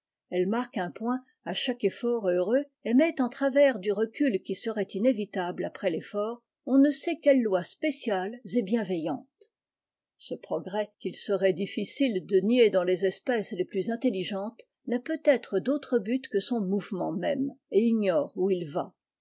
elle marque un point à chaque effort heureux et met en travers du recul qui serait inévitable après l'effort on ne sait quelles lois spéciales et bienveillantes ce progrès qu'il serait difficile de nier dans les espèces les plus intelligentes n'a peut-être d'autre but que son mouvement même et ignore où il va